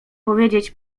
powiedzieć